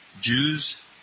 Jews